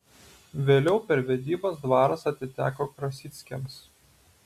vėliau per vedybas dvaras atiteko krasickiams